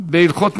בהלכות מלכים,